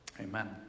Amen